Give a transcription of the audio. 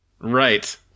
Right